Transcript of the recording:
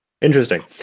Interesting